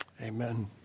amen